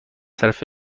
طرف